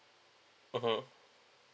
mmhmm